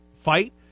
fight